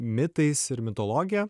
mitais ir mitologija